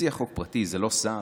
מציע חוק פרטי זה לא שר,